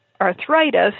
arthritis